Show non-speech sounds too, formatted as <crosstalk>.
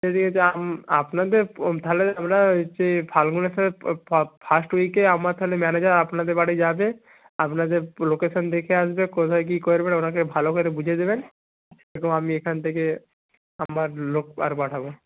সে ঠিক আছে <unintelligible> আপনাদের <unintelligible> তাহলে আমরা হচ্ছে ফাল্গুনের <unintelligible> ফার্স্ট উইকে আমার তাহলে ম্যানেজার আপনাদের বাড়ি যাবে আপনাদের লোকেশান দেখে আসবে কোথায় কি করবেন ওনাকে ভালো করে বুঝিয়ে দিবেন এবং আমি এখান থেকে আমার লোক <unintelligible> পাঠাবো